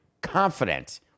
confident